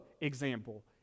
example